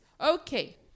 Okay